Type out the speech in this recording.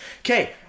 Okay